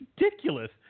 ridiculous